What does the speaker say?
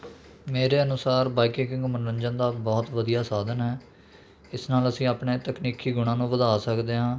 ਮੇਰੇ ਅਨੁਸਾਰ ਬਾਈਕਿੰਗ ਇੱਕ ਮੰਨੋਰੰਜਨ ਦਾ ਬਹੁਤ ਵਧੀਆ ਸਾਧਨ ਹੈ ਇਸ ਨਾਲ ਅਸੀਂ ਆਪਣੇ ਤਕਨੀਕੀ ਗੁਣਾਂ ਨੂੰ ਵਧਾ ਸਕਦੇ ਹਾਂ